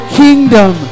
kingdom